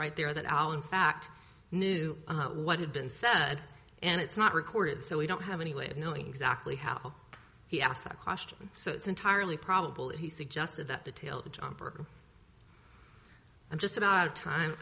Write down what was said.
right there that all in fact knew what had been said and it's not recorded so we don't have any way of knowing exactly how he asked that question so it's entirely probable that he suggested that detail the jumper and just about time